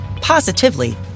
positively